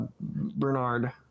Bernard